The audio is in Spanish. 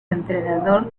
entrenador